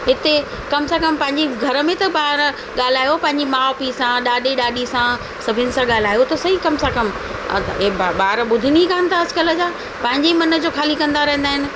हिते कमु से कमु पंहिंजी घर में त ॿार ॻाल्हायो पंहिंजी माउ पीउ सां पंहिंजी ॾाॾे ॾाॾी सां सभिनी सां ॻाल्हायो त सही कमु से कमु इहे ब ॿार ॿुधनि ई कान था अॼुकल्ह जा पंहिंजे ई मन जो ख़ाली कंदा रहंदा आहिनि